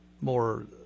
more